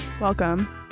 Welcome